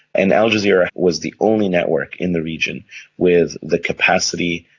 and al jazeera was the only network in the region with the capacity,